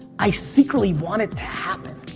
i secretly want it to happen.